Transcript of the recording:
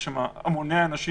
יש שם המוני אנשים,